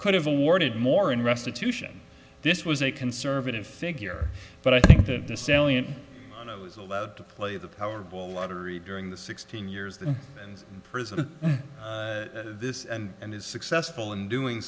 could have awarded more in restitution this was a conservative figure but i think that the salient and i was allowed to play the powerball lottery during the sixteen years the prison in this and is successful in doing